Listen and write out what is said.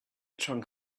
trunk